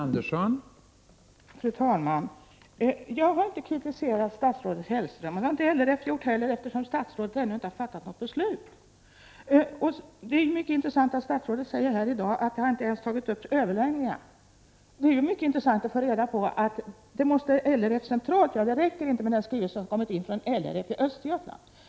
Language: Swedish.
Fru talman! Jag har inte kritiserat statsrådet Hellström, och det har inte LRF gjort heller, eftersom statsrådet ännu inte har fattat något beslut. Statsrådet säger här i dag att det inte ens har tagits upp överläggningar. Det är mycket intressant att få reda på att det måste LRF centralt göra. Det räcker inte med den skrivelse som kommit in från LRF i Östergötland.